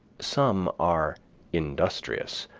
some are industrious,